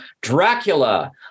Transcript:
Dracula